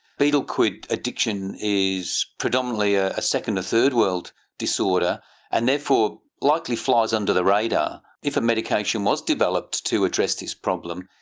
betel quid addiction is predominantly ah a second or third world disorder and therefore likely flies under the radar. if a medication was developed to address this problem,